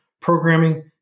programming